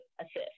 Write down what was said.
assist